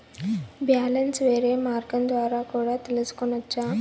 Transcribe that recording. Balance వేరే మార్గం ద్వారా కూడా తెలుసుకొనొచ్చా?